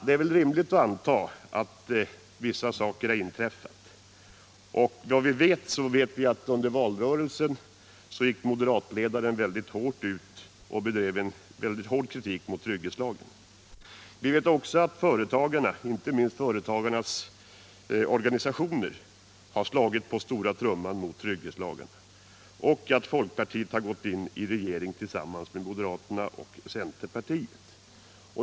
Det är väl rimligt att anta att vissa saker har inträffat. 79 Vi vet att moderatledaren under valrörelsen riktade en mycket hård kritik mot trygghetslagen. Vi vet också att företagarnas organisationer har slagit på stora trumman mot trygghetslagen och att folkpartiet har bildat regering tillsammans med moderaterna och centerpartiet.